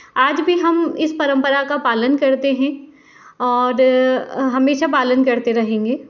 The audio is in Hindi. आज भी हम इस परंपरा का पालन करते हैं और हमेशा पालन करते रहेंगे